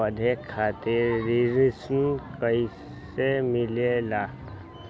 पढे खातीर ऋण कईसे मिले ला?